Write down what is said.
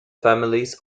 families